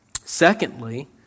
Secondly